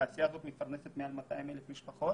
התעשייה הזו מפרנסת מעל ל-200,000 משפחות